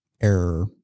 error